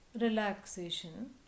Relaxation